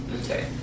Okay